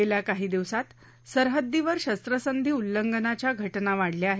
गेल्या काही दिवसात सरहद्दीवर शस्त्रसंधी उल्लंघनाच्या घटना वाढल्या आहेत